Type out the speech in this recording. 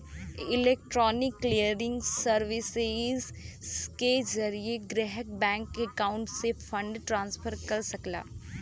electronic clearing services के जरिये ग्राहक बैंक अकाउंट से फंड ट्रांसफर कर सकला